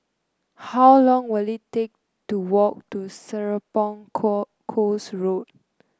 how long will it take to walk to Serapong Co Course Road